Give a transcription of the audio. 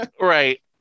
right